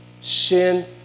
sin